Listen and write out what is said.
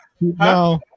No